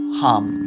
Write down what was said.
hum